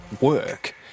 work